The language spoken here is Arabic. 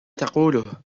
تقوله